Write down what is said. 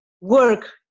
work